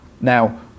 Now